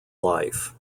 life